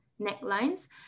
necklines